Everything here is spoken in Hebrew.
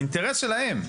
האינטרס שלהם,